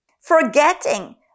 forgetting